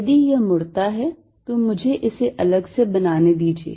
यदि यह मुड़ता है तो मुझे इसे अलग से बनाने दीजिए